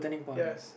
yes